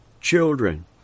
children